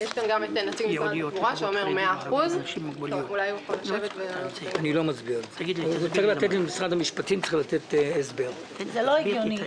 יש כאן גם את נציג משרד התחבורה שאומר: 100%. זה לא הגיוני.